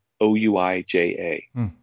O-U-I-J-A